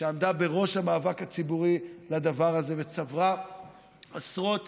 שעמדה בראש המאבק הציבורי לדבר הזה וצברה עשרות